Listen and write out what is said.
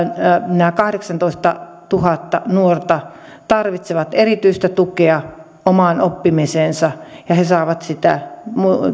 nämä kahdeksantoistatuhatta nuorta tarvitsevat erityistä tukea omaan oppimiseensa ja he saavat sitä